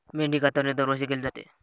मेंढी कातरणे दरवर्षी केली जाते